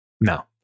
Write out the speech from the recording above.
no